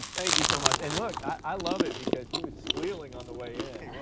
thank you so much. and look, i love it because he was squealing on the way in.